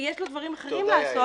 יש לו דברים אחרים לעשות.